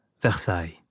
Versailles